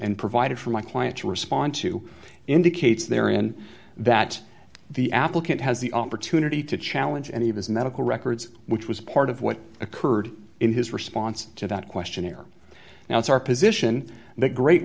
submitted provided for my client to respond to indicates there and that the applicant has the opportunity to challenge any of his medical records which was part of what occurred in his response to that questionnaire now it's our position the great